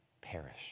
perish